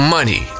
Money